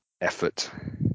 effort